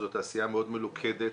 זו תעשייה מאוד מלוכדת.